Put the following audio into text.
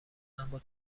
اما